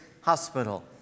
Hospital